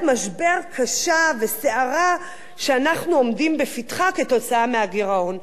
משבר קשה וסערה שאנחנו עומדים בפתחה כתוצאה מהגירעון.